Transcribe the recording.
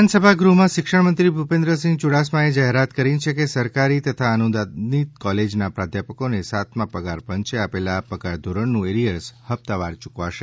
વિધાનસભા ગૃહ માં શિક્ષણ મંત્રી ભૂપેન્દ્રસિંહ યુડાસમા એ જાહેરાત કરી છે કે સરકારી તથા અનુદાનિત કોલેજ ના પ્રધ્યાપકો ને સાતમા પગાર પંચે આપેલા પગાર ધોરણ નું એરિયર્સ હપતાવાર યૂકવાશે